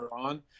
on